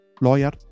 lawyer